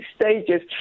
stages